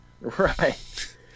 right